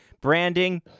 branding